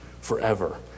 forever